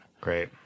Great